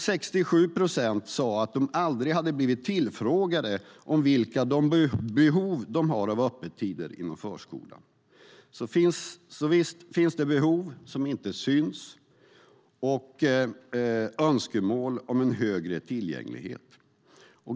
67 procent sade att de aldrig hade blivit tillfrågade om vilka behov de hade av öppettider inom förskolan. Så visst finns det behov som inte syns och önskemål om en högre tillgänglighet.